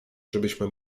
żebyśmy